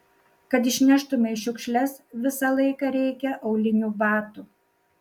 kad išneštumei šiukšles visą laiką reikia aulinių batų